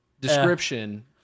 description